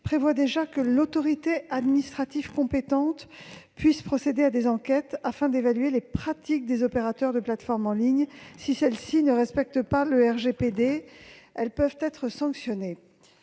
prévoit déjà que l'autorité administrative compétente puisse procéder à des enquêtes afin d'évaluer les pratiques des opérateurs de plateforme en ligne. Si celles-ci ne respectent pas le RGPD, elles peuvent être sanctionnées.